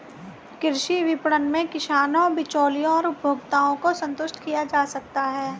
कृषि विपणन में किसानों, बिचौलियों और उपभोक्ताओं को संतुष्ट किया जा सकता है